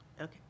Okay